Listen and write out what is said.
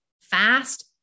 fast